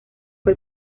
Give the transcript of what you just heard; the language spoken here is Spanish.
fue